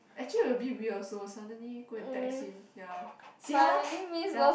actually we a bit weird also suddenly go and text him ya see how lah ya